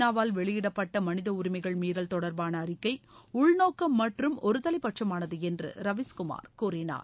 நா வால் வெளியிடப்பட்ட மனித உரிமைகள் மீறல் தொடர்பான அறிக்கை உள்நோக்கம் மற்றும் ஒருதலைபட்சமானது என்று ரவிஸ்குமார் கூறினார்